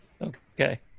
Okay